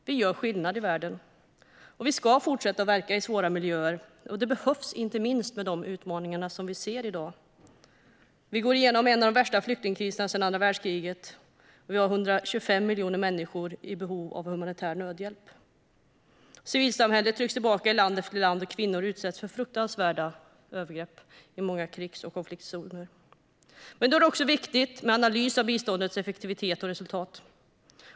Vi gör skillnad i världen, och vi ska fortsätta att verka i svåra miljöer. Det behövs, inte minst med de utmaningar som vi ser i dag. Vi går igenom en av de värsta flyktingkriserna sedan andra världskriget. Vi har 125 miljoner människor i behov av humanitär nödhjälp. Civilsamhället trycks tillbaka i land efter land, och kvinnor utsätts för fruktansvärda övergrepp i många krigs och konfliktzoner. Då är det också viktigt med analys av biståndets effektivitet och resultat.